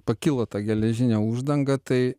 pakilo ta geležinė uždanga tai